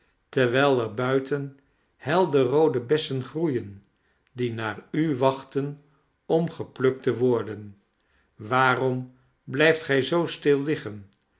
terwijl er buiten helder roode bessen groeien die naar u wachten om geplukt te worden waarom blijft gij zoo stil liggen